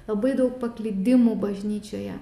labai daug paklydimų bažnyčioje